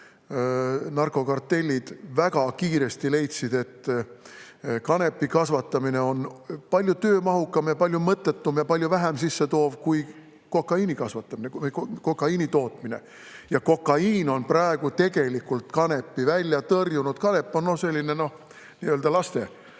narkokartellid väga kiiresti leidsid, et kanepi kasvatamine on palju töömahukam ja palju mõttetum ja palju vähem sissetoov kui kokaiini tootmine. Kokaiin on praegu tegelikult kanepi välja tõrjunud. Kanep on selline nii-öelda lasteasi,